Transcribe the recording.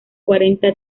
cuarenta